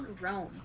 Rome